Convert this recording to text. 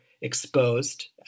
exposed